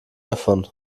davon